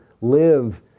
live